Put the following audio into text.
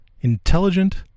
intelligent